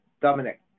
Dominic